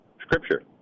Scripture